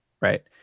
Right